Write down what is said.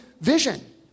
vision